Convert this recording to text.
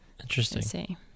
Interesting